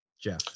Jeff